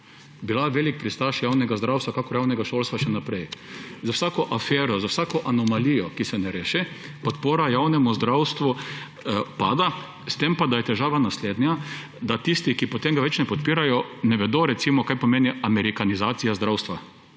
bila velik pristaš javnega zdravstva kakor javnega šolstva še vnaprej. Z vsako afero, z vsako anomalijo, ki se ne reši, podpora javnemu zdravstvu pada, težava pa je naslednja, da tisti, ki potem ga več ne podpirajo, ne vedo, recimo kaj pomeni amerikanizacija zdravstva,